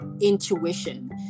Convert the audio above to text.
intuition